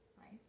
right